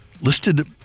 listed